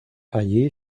allí